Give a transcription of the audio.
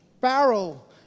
barrel